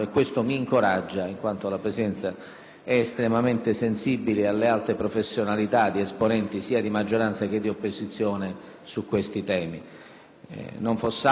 è estremamente sensibile alle alte professionalità di esponenti sia di maggioranza che di opposizione su questi temi; non foss'altro perché sia la maggioranza che l'opposizione